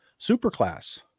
Superclass